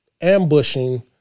ambushing